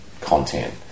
content